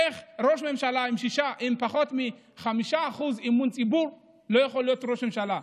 איך ראש ממשלה עם פחות מ-5% אמון ציבור לא יכול להיות ראש ממשלה.